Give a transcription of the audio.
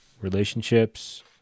relationships